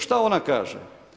Šta ona kaže?